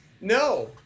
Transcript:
No